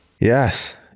Yes